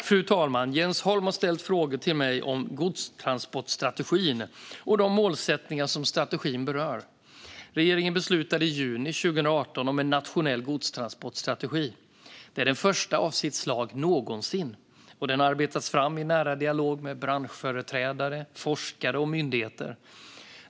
Fru talman! har ställt frågor till mig om godstransportstrategin och de målsättningar som strategin berör. Regeringen beslutade i juni 2018 om en nationell godstransportstrategi. Det är den första av sitt slag någonsin och har arbetats fram i nära dialog med branschföreträdare, forskare och myndigheter.